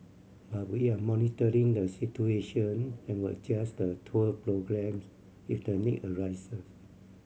but we are monitoring the situation and will adjust the tour programmes if the need arises